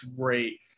great